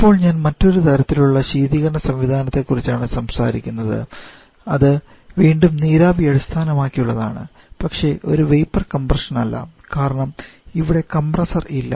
ഇപ്പോൾ ഞാൻ മറ്റൊരു തരത്തിലുള്ള ശീതീകരണ സംവിധാനത്തെക്കുറിച്ചാണ് സംസാരിക്കുന്നത് അത് വീണ്ടും നീരാവി അടിസ്ഥാനമാക്കിയുള്ളതാണ് പക്ഷേ ഒരു വേപ്പർ കംപ്രഷൻ അല്ല കാരണം ഇവിടെ കംപ്രസ്സർ ഇല്ല